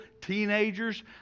teenagers